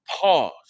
pause